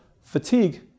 Fatigue